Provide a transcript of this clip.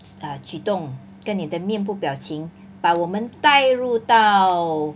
err 举动跟你的面部表情把我们带入到